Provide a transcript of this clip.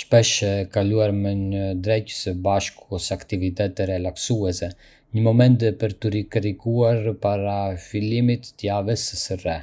shpesh e kaluar me një drekë së bashku ose aktivitete relaksuese, një moment për t'u rikarikuar para fillimit të javës së re.